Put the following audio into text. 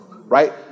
right